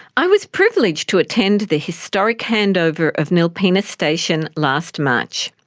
i was privileged to attend the historic handover of nilpena station last march.